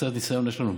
וקצת ניסיון יש לנו בזה.